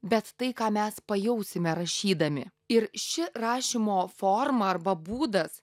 bet tai ką mes pajausime rašydami ir ši rašymo forma arba būdas